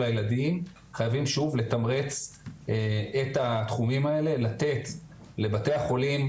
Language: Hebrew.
הילדים חייבים שוב - לתמרץ את התחומים האלה לתת לבתי החולים.